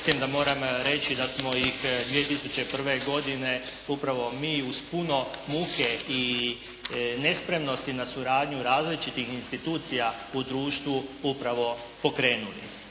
s tim da moram reći da smo ih 2001. godine upravo mi uz puno muke i nespremnosti na suradnju različitih institucija u društvu upravo pokrenuli.